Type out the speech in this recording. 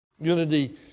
unity